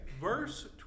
verse